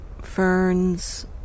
ferns